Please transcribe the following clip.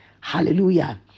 Hallelujah